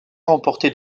remporté